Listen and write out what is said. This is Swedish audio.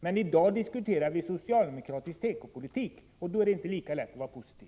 Men i dag diskuterar vi socialdemokratisk tekopolitik, och då är det inte lika lätt att vara positiv.